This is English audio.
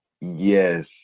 yes